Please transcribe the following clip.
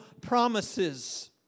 promises